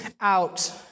out